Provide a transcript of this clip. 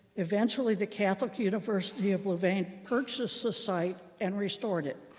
eventually, the catholic university of louvain purchased the site and restored it,